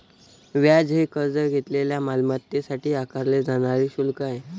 व्याज हे कर्ज घेतलेल्या मालमत्तेसाठी आकारले जाणारे शुल्क आहे